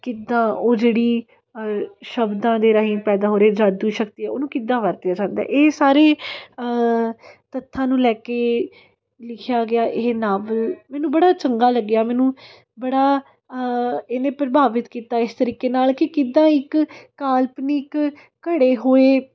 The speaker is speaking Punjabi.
ਕਿੱਦਾਂ ਉਹ ਜਿਹੜੀ ਸ਼ਬਦਾਂ ਦੇ ਰਾਹੀਂ ਪੈਦਾ ਹੋ ਰਹੇ ਜਾਦੂ ਸ਼ਕਤੀ ਹੈ ਉਹਨੂੰ ਕਿੱਦਾਂ ਵਰਤਿਆ ਜਾਂਦਾ ਇਹ ਸਾਰੇ ਤੱਥਾਂ ਨੂੰ ਲੈ ਕੇ ਲਿਖਿਆ ਗਿਆ ਇਹ ਨਾਵਲ ਮੈਨੂੰ ਬੜਾ ਚੰਗਾ ਲੱਗਿਆ ਮੈਨੂੰ ਬੜਾ ਇਹਨੇ ਪ੍ਰਭਾਵਿਤ ਕੀਤਾ ਇਸ ਤਰੀਕੇ ਨਾਲ ਕਿ ਕਿੱਦਾਂ ਇੱਕ ਕਾਲਪਨਿਕ ਘੜੇ ਹੋਏ